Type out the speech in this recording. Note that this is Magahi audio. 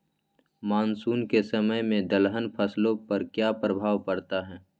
मानसून के समय में दलहन फसलो पर क्या प्रभाव पड़ता हैँ?